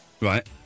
Right